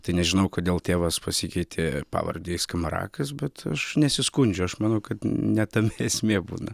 tai nežinau kodėl tėvas pasikeitė pavardę į skamarakas bet aš nesiskundžiu aš manau kad ne tame esmė būna